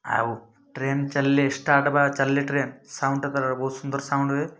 ଆଉ ଟ୍ରେନ୍ ଚାଲିଲେ ଷ୍ଟାର୍ଟ ବା ଚାଲିଲେ ଟ୍ରେନ୍ ସାଉଣ୍ଡ୍ଟା ତା'ର ବହୁତ ସୁନ୍ଦର ସାଉଣ୍ଡ୍ ହୁଏ